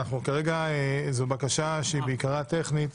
כרגע זו בקשה שהיא בעיקרה טכנית